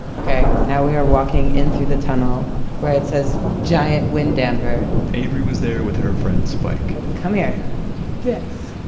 okay, now we are walking in through the tunnel where it says giant wind damper avery was there with her friend, spike come here this,